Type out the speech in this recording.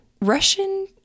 Russian